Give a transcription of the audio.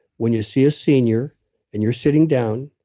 when you see a senior and you're sitting down,